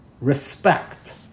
Respect